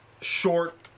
short